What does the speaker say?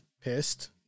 pissed